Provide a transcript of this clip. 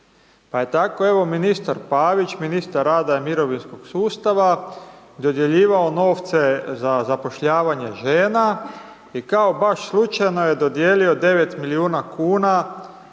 pa tako evo, ministar Pavić, ministar rada i mirovinskog sustava dodjeljivao novce za zapošljavanje žena i kao baš slučajno je dodijelio 9 milijuna kuna